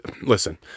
listen